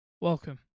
Welcome